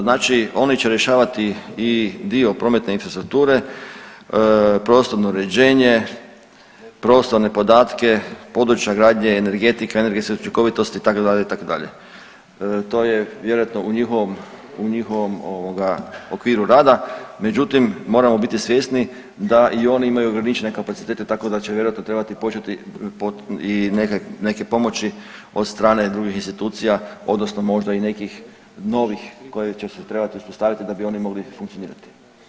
Znači oni će rješavati i dio prometne infrastrukture, prostorno uređenje, prostorne podatke, područja gradnje energetika, energetske učinkovitosti itd., itd., to je vjerojatno u njihovom, u njihovom ovoga okviru rada, međutim moramo biti svjesni da i oni imaju ograničene kapacitete, tako da će vjerojatno trebati početi i neke pomoći od stane drugih institucija odnosno možda i nekih novih koje će se trebati uspostaviti da bi oni mogli funkcionirati.